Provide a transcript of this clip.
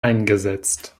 eingesetzt